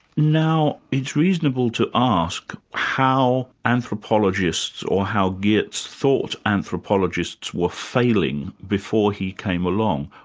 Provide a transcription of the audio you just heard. now it's reasonable to ask how anthropologists, or how geertz thought anthropologists were failing before he came along.